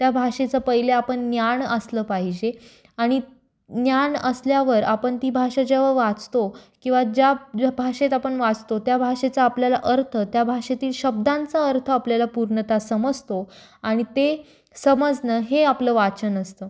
त्या भाषेचं पहिले आपण ज्ञान असलं पाहिजे आणि ज्ञान असल्यावर आपण ती भाषा जेव्हा वाचतो किंवा ज्या ज्या भाषेत आपण वाचतो त्या भाषेचा आपल्याला अर्थ त्या भाषेतील शब्दांचा अर्थ आपल्याला पूर्णत समजतो आणि ते समजणं हे आपलं वाचन असतं